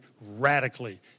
radically